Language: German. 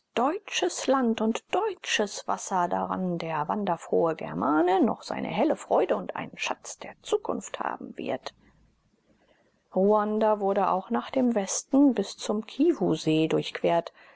deutsches land und deutsches wasser daran der wanderfrohe germane noch seine helle freude und einen schatz der zukunft haben wird ruanda wurde auch nach dem westen bis zum kiwusee durchquert